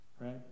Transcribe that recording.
Right